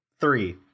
three